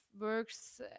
works